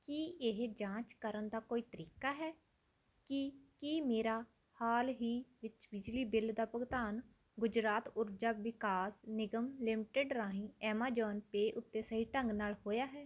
ਕੀ ਇਹ ਜਾਂਚ ਕਰਨ ਦਾ ਕੋਈ ਤਰੀਕਾ ਹੈ ਕਿ ਕੀ ਮੇਰਾ ਹਾਲ ਹੀ ਵਿੱਚ ਬਿਜਲੀ ਬਿੱਲ ਦਾ ਭੁਗਤਾਨ ਗੁਜਰਾਤ ਊਰਜਾ ਵਿਕਾਸ ਨਿਗਮ ਲਿਮਟਿਡ ਰਾਹੀਂ ਐਮਾਜ਼ਾਨ ਪੇ ਉੱਤੇ ਸਹੀ ਢੰਗ ਨਾਲ ਹੋਇਆ ਹੈ